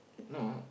no